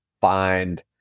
find